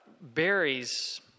berries